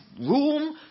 room